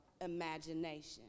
imagination